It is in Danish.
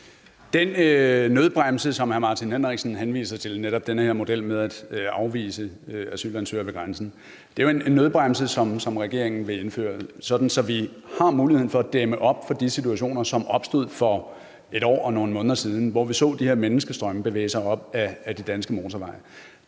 Den nødbremse, som hr. Martin Henriksen henviser til, altså den her model med at afvise asylansøgere ved grænsen, er jo en nødbremse, som regeringen vil benytte, sådan at vi har mulighed for at dæmme op for sådanne situationer, som opstod for et år og nogle måneder siden, hvor vi så de her menneskestrømme bevæge sig op ad de danske motorveje.